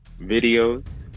videos